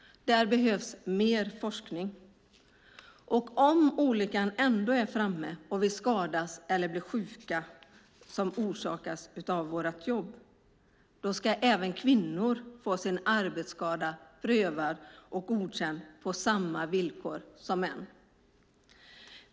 Där behövs mer forskning. Om olyckan ändå är framme och vi skadas eller blir sjuka på grund av vårt jobb ska även kvinnor få sin arbetsskada prövad och godkänd på samma villkor som män får det.